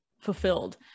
fulfilled